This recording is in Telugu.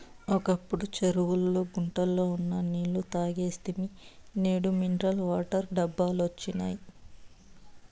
ఒకప్పుడు చెరువుల్లో గుంటల్లో ఉన్న నీళ్ళు తాగేస్తిమి నేడు మినరల్ వాటర్ డబ్బాలొచ్చినియ్